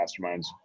masterminds